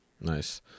Nice